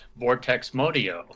VortexModio